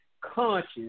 conscious